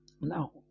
Now